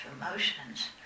emotions